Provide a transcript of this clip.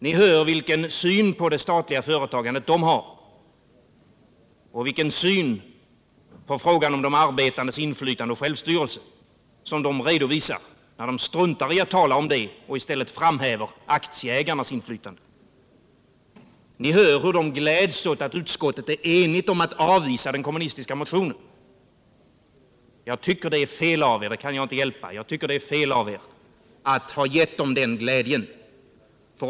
Ni hör vilken syn på det statliga företagandet de har och vilken syn på frågan om de arbetandes inflytande och självstyrelse som de redovisar, när de struntar i att tala om detta utan i stället talar om aktieägarnas inflytande. Ni hör hur de gläds åt att utskottet är enigt om att avvisa den kommunistiska motionen. Jag kan inte hjälpa att jag tycker det är fel av er att ha gett dem den glädjen.